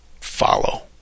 follow